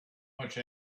much